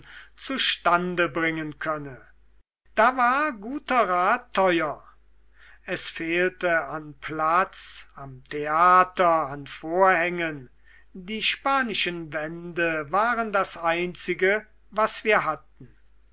zustande bringen könne da war guter rat teuer es fehlte an platz am theater an vorhängen die spanischen wände waren das einzige was wir hatten